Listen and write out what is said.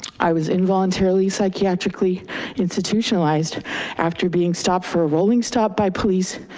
i was involuntarily psychiatrically institutionalized after being stopped for a rolling stop by police,